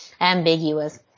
ambiguous